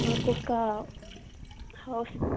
మాకొక హౌస్